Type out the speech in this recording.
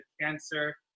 cancer